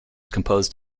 composed